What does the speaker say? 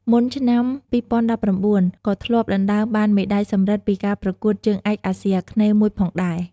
មុនឆ្នាំ ២០១៩ ក៏ធ្លាប់ដណ្តើមបានមេដាយសំរឹទ្ធពីការប្រកួតជើងឯកអាស៊ីអាគ្នេយ៍មួយផងដែរ។